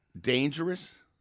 dangerous